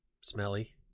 smelly